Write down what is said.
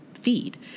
feed